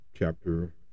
chapter